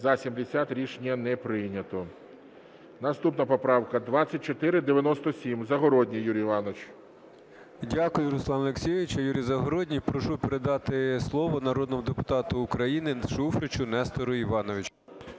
За-70 Рішення не прийнято. Наступна поправка 2497. Загородній Юрій Іванович. 11:48:27 ЗАГОРОДНІЙ Ю.І. Дякую, Руслан Олексійович. Юрій Загородній. Прошу передати слово народному депутату України Шуфричу Нестору Івановичу.